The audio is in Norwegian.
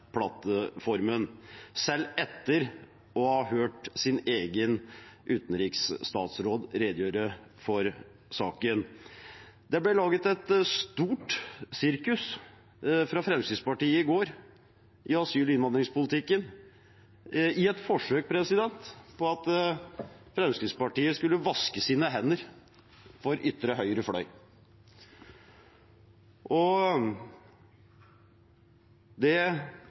plattformen – selv etter å ha hørt sin egen utenriksminister redegjøre for saken. Det ble laget et stort sirkus av Fremskrittspartiet i går i asyl- og innvandringspolitikken i et forsøk på å vaske sine hender for ytre høyre fløy.